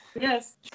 Yes